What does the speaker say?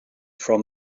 from